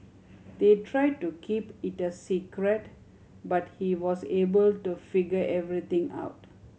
they try to keep it a secret but he was able to figure everything out